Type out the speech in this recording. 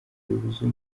ribuza